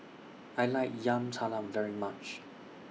I like Yam Talam very much